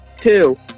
Two